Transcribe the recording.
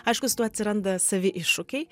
aišku su tuo atsiranda savi iššūkiai